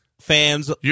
fans